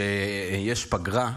כשיש פגרה,